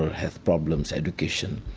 health problems education,